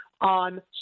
on